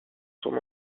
son